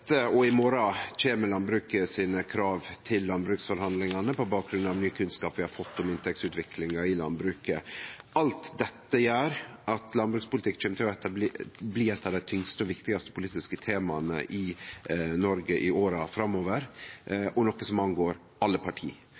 Og i morgon kjem landbruket sine krav til landbruksforhandlingane på bakgrunn av ny kunnskap vi har fått om inntektsutviklinga i landbruket. Alt dette gjer at landbrukspolitikken kjem til å bli eit av dei tyngste og viktigaste politiske temaa i Noreg i åra framover, og noko som angår alle parti.